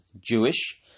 Jewish